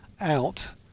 out